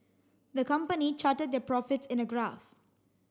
the company charted their profits in a graph